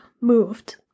moved